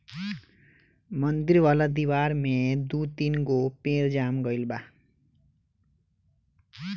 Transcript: मंदिर वाला दिवार में दू तीन गो पेड़ जाम गइल बा